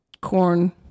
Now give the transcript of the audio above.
corn